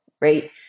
right